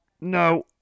No